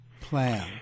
plan